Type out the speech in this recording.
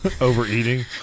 overeating